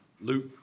Luke